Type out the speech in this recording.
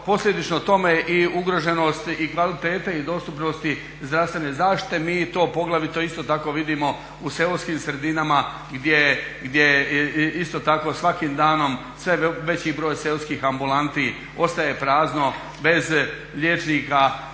posljedično tome i ugroženost kvalitete i dostupnosti zdravstvene zaštite. Mi to poglavito isto tako vidimo u seoskim sredinama gdje isto tako svakim danom sve veći broj seoskih ambulanti ostaje prazno, bez liječnika,